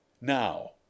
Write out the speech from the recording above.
Now